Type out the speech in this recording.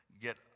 get